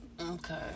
Okay